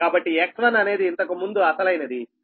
కాబట్టి X1 అనేది ఇంతకుముందు అసలైనది